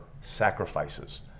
sacrifices